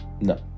no